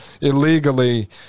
illegally